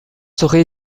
serait